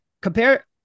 Compare